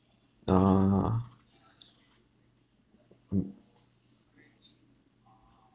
ah mm